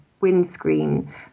windscreen